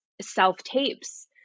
self-tapes